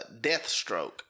Deathstroke